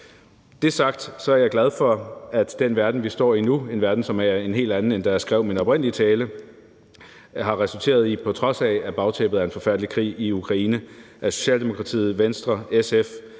Det sagt er jeg glad for, at den verden, vi står i nu, en verden, som er en helt anden, end da jeg skrev min oprindelige tale, har resulteret i, på trods af at bagtæppet er en forfærdelig krig i Ukraine, at Socialdemokratiet, Venstre, SF